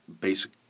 basic